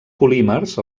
polímers